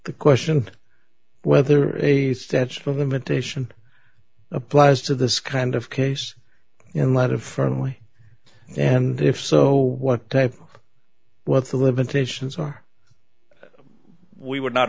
the question whether a statute of limitation applies to this kind of case in light of fernley and if so what type what the limitations were we would not